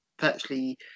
virtually